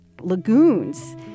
lagoons